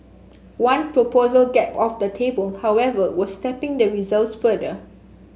one proposal kept off the table however was tapping the reserves further